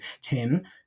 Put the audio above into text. Tim